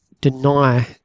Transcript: deny